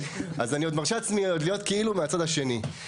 אז אני עוד מרשה לעצמי להיות כאילו מהצד השני.